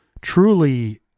truly